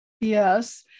yes